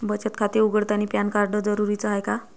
बचत खाते उघडतानी पॅन कार्ड जरुरीच हाय का?